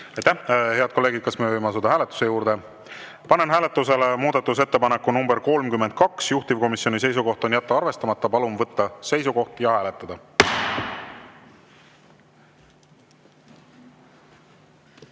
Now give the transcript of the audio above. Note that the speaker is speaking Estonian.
52 hääletada. Kas võime asuda hääletuse juurde? Panen hääletusele muudatusettepaneku nr 52, juhtivkomisjoni seisukoht on jätta arvestamata. Palun võtta seisukoht ja hääletada!